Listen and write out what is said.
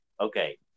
Okay